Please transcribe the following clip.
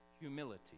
humility